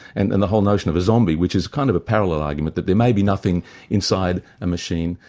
and and the whole notion of a zombie which is kind of a parallel argument that there may be nothing inside a machine,